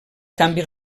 canvis